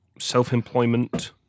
self-employment